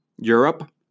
Europe